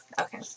Okay